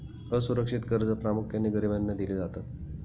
असुरक्षित कर्जे प्रामुख्याने गरिबांना दिली जातात